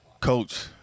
coach